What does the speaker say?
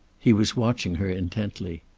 he was watching her intently.